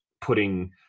putting –